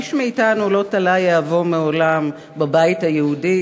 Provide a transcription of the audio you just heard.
איש מאתנו לא תלה יהבו מעולם בבית היהודי